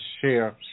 share